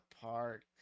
Park